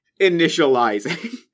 Initializing